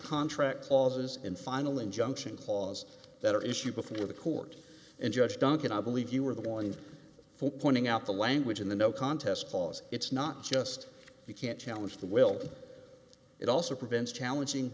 contract clauses in final injunction clause that are issued before the court and judge duncan i believe you are the one for pointing out the language in the no contest clause it's not just you can't challenge the will it also prevents challenging